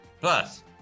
plus